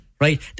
right